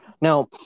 Now